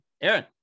Aaron